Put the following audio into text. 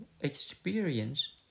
experience